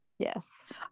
Yes